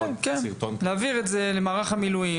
להעביר את זה למערך המילואים,